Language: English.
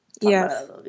yes